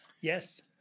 Yes